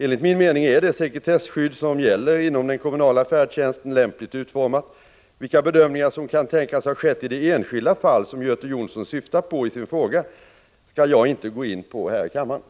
Enligt min mening är det sekretesskydd som gäller inom den kommunala färdtjänsten lämpligt utformat. Vilka bedömningar som kan tänkas ha skett i de enskilda fall som Göte Jonsson syftar på i sin fråga kan jag inte gå in på här i kammaren.